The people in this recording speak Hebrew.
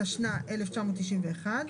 התשנ"א-1991,